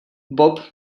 bob